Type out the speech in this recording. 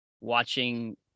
watching